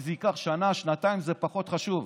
אם זה ייקח שנה, שנתיים, זה פחות חשוב.